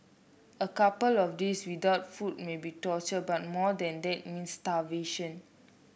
a couple of days without food may be torture but more than that means starvation